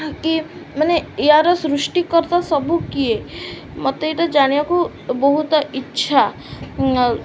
କି ମାନେ ୟାର ସୃଷ୍ଟିକର୍ତ୍ତା ସବୁ କିଏ ମୋତେ ଏଇଟା ଜାଣିବାକୁ ବହୁତ ଇଚ୍ଛା